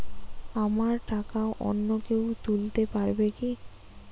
আমার টাকা অন্য কেউ তুলতে পারবে কি?